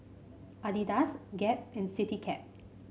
Adidas Gap and Citycab